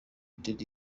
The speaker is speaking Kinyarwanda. ltd